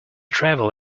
travel